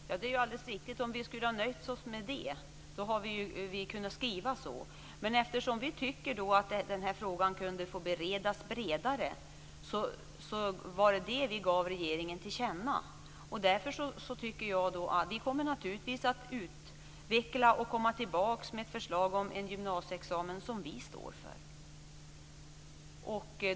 Herr talman! Det är alldeles riktigt. Om vi hade nöjt oss med det hade vi ju kunnat skriva så. Men vi tycker att den här frågan kan få beredas bredare. Det var det som vi gav regeringen till känna. Vi kommer naturligtvis att utveckla och komma tillbaka med ett förslag om en gymnasieexamen som vi står för.